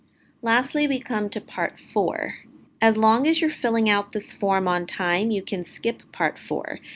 lastly, we come to part four as long as you're filling out this form on time you can skip part four.